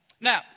Now